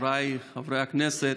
חבריי חברי הכנסת,